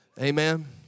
Amen